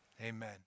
Amen